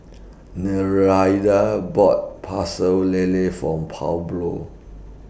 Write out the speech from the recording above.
Nereida bought Pecel Lele form Pablo